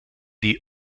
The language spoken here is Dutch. die